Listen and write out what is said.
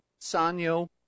Sanyo